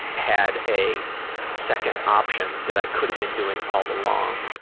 had a second option that i could have been doing all along.